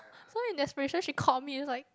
so in desperation she called me was like